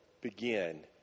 begin